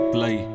Play